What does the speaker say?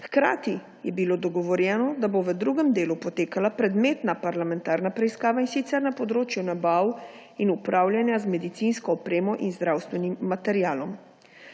Hkrati je bilo dogovorjeno, da bo v drugem delu potekala predmetna parlamentarna preiskava, in sicer na področju nabav in upravljanja z medicinsko opremo in zdravstvenim materialom.